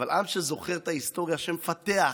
אבל עם שזוכר את ההיסטוריה, שמפתח,